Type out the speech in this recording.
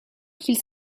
qu’ils